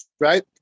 right